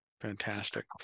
Fantastic